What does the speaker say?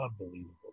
unbelievable